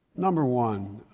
number one,